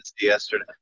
yesterday